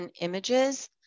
images